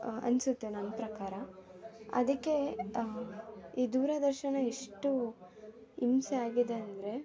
ಅನ್ನಿಸುತ್ತೆ ನನ್ನ ಪ್ರಕಾರ ಅದಕ್ಕೆ ಈ ದೂರದರ್ಶನ ಎಷ್ಟು ಹಿಂಸೆ ಆಗಿದೆ ಅಂದರೆ